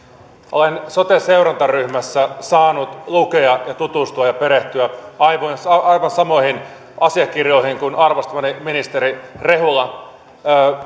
olen sote seurantaryhmässä saanut lukea ja tutustua ja perehtyä aivan samoihin asiakirjoihin kuin arvostamani ministeri rehula